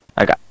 Okay